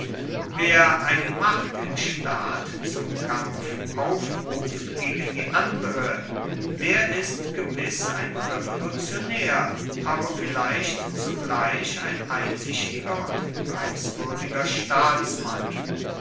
wer eine macht im staat zum kampf aufruft gegen die andere der ist gewiß ein revolutionär aber vielleicht zugleich ein einsichtiger und preiswürdiger staatsmann